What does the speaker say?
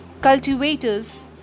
cultivators